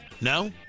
No